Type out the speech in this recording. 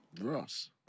Ross